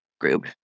group